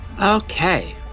Okay